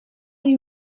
you